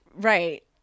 Right